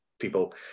people